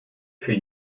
für